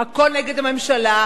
הכול נגד הממשלה,